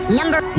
number